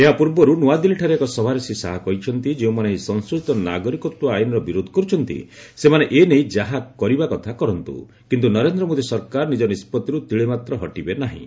ଏହା ପୂର୍ବରୁ ନୂଆଦିଲ୍ଲୀଠାରେ ଏକ ସଭାରେ ଶ୍ରୀ ଶାହା କହିଛନ୍ତି ଯେଉଁମାନେ ଏହି ସଂଶୋଧିତ ନାଗରିକତ୍ୱ ଆଇନର ବିରୋଧ କରୁଛନ୍ତି ସେମାନେ ଏ ନେଇ ଯାହା କରିବା କଥା କରନ୍ତୁ କିନ୍ତୁ ନରେନ୍ଦ୍ର ମୋଦି ସରକାର ନିଜ ନିଷ୍ପତ୍ତିରୁ ତିଳେମାତ୍ର ହଟିବେ ନାହିଁ